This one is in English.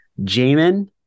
Jamin